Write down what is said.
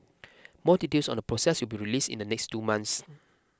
more details on the process will be released in the next two months